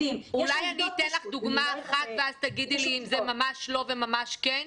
אולי אני אתן לך דוגמא אחת ואז תגידי לי אם זה ממש לא וממש כן?